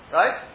right